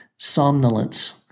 somnolence